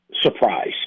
surprise